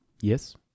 Yes